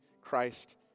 Christ